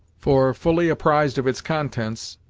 for, fully apprised of its contents,